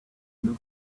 mrs